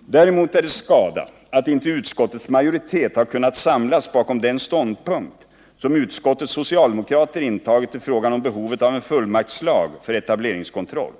Däremot är det skada att inte utskottets majoritet har kunnat samlas bakom den ståndpunkt som utskottets socialdemokrater intagit till frågan om behovet av en fullmaktslag för etableringskontroll.